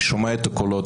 אני שומע את הקולות.